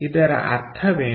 ಇದರ ಅರ್ಥವೇನು